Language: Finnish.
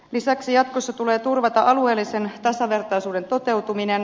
lisäksi jatkossa tulee turvata alueellisen tasavertaisuuden toteutuminen